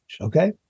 okay